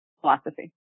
philosophy